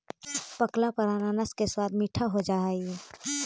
पकला पर अनानास के स्वाद मीठा हो जा हई